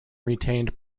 retained